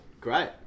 Great